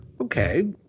Okay